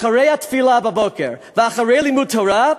אחרי התפילה בבוקר ואחרי לימוד תורה,